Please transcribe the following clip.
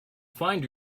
find